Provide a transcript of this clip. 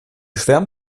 schwärmt